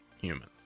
humans